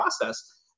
process